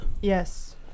Yes